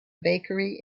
bakery